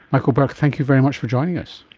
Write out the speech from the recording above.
michael berk, thank you very much for joining us.